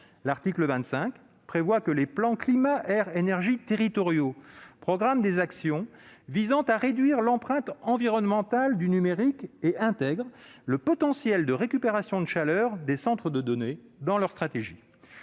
L'article 25 prévoit que les plans climat-air-énergie territoriaux programment des actions visant à réduire l'empreinte environnementale du numérique et intègrent le potentiel de récupération de chaleur des centres de données dans leur stratégie.